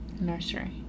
Nursery